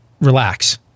relax